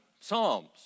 psalms